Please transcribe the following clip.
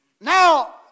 Now